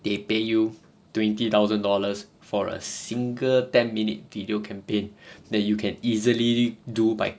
they pay you twenty thousand dollars for a single ten minute video campaign that you can easily do by